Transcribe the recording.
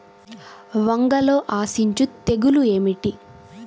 వంగలో ఆశించు తెగులు ఏమిటి?